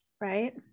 Right